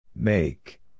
Make